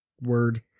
word